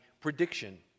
prediction